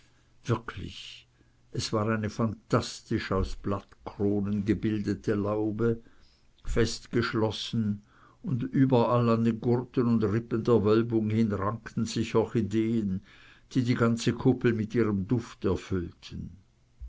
wirklich es war eine phantastisch aus blattkronen gebildete laube fest geschlossen und überall an den gurten und ribben der wölbung hin rankten sich orchideen die die ganze kuppel mit ihrem duft erfüllten